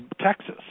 Texas